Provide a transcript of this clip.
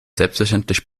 selbstverständlich